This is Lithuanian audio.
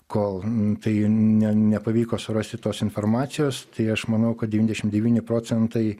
kol tai ne nepavyko surasti tos informacijos tai aš manau kad devyniasdešim devyni procentai